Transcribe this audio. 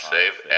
Save